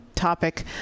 Topic